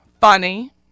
Funny